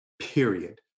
period